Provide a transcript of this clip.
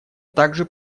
также